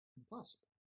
impossible